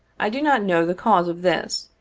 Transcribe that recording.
i do not know the cause of this,